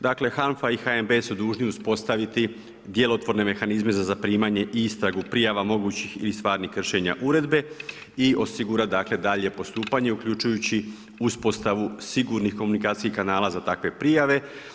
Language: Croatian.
Dakle, HANFA i HNB su dužni uspostaviti djelotvorne mehanizme za zaprimanje i istragu prijava mogućih ili stvarnih kršenja Uredbe i osigurati dakle, dalje postupanje uključujući uspostavu sigurnih komunikacijskih kanala za takve prijave.